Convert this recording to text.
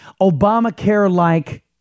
Obamacare-like